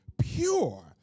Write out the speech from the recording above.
pure